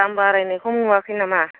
दाम बारायनायखौ नुवाखै नामा